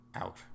out